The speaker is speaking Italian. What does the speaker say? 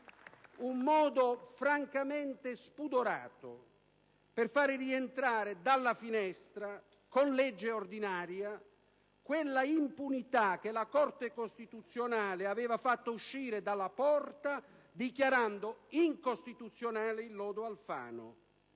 Un modo francamente spudorato per far rientrare dalla finestra, con legge ordinaria, quella impunità che la Corte costituzionale aveva fatto uscire dalla porta dichiarando incostituzionale il lodo Alfano.